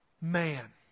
man